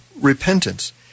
repentance